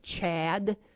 Chad